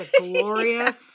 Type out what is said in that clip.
glorious